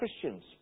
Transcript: Christians